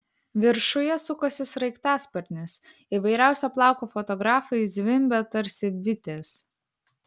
viršuje sukosi sraigtasparnis įvairiausio plauko fotografai zvimbė tarsi bitės